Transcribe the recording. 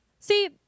See